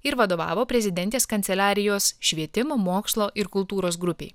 ir vadovavo prezidentės kanceliarijos švietimo mokslo ir kultūros grupei